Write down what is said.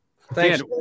Thanks